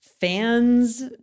fans